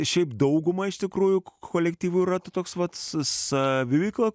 šiaip dauguma iš tikrųjų kolektyvų yra toks vat saviveikla